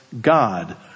God